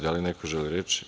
Da li neko želi reč?